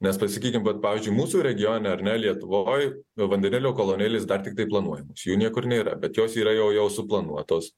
nes va sakysim vat pavyzdžiui mūsų regione ar ne lietuvoj vandenilio kolonėlės dar tiktai planuojamos jų niekur nėra bet jos yra jau jau suplanuotos